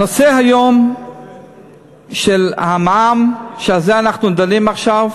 הנושא היום של המע"מ, שעל זה אנחנו דנים עכשיו,